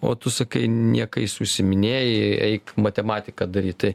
o tu sakai niekais užsiiminėji eik matematiką daryt tai